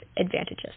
advantages